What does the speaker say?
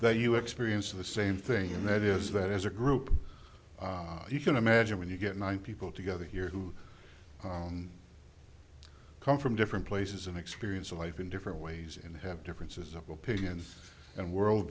that you experience of the same thing and that is that as a group you can imagine when you get nine people together here who come from different places and experience life in different ways and have differences of opinions and world